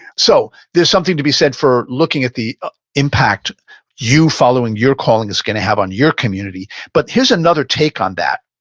so there's something to be said for looking at the impact you following your calling is going to have on your community, but here's another take on that